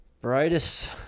Brightest